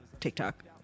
TikTok